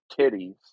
titties